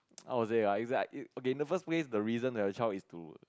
how to say ah it's like okay in the first place the reason to have the child is to